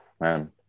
Man